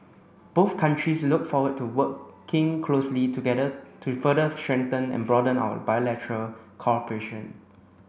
both countries look forward to working closely together to further strengthen and broaden our bilateral cooperation